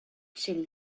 chilli